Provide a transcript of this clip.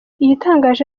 igitangaje